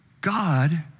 God